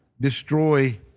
destroy